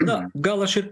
na gal aš ir